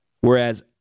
Whereas